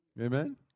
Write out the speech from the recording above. Amen